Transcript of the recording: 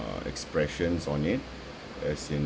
uh expressions on it as in